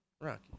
Rocky